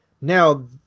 Now